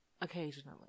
occasionally